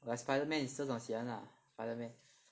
like Spiderman 你这种喜欢 lah